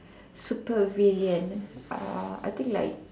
super villain uh I think like